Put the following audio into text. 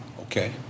Okay